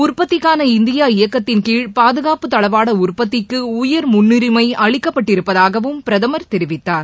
உற்பத்திக்கான இந்தியா இயக்கத்தின்கீழ் பாதுகாப்பு தளவாட உற்பத்திக்கு உயர்முன்னுரிமை அளிக்கப்பட்டிருப்பதாகவும் பிரதமர் தெரிவித்தார்